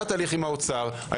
עם משרד האוצר,